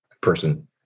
person